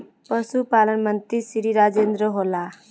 पशुपालन मंत्री श्री राजेन्द्र होला?